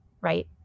Right